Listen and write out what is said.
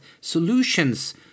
solutions